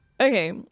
Okay